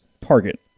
Target